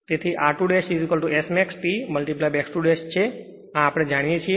તેથી r2S max T x 2 આ આપણે જાણીએ છીએ